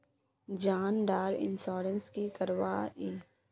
जान डार इंश्योरेंस की करवा ई?